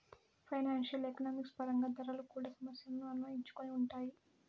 financial economics పరంగా ధరలు కూడా సమస్యలను అన్వయించుకొని ఉంటాయి